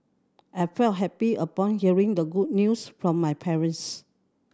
I felt happy upon hearing the good news from my parents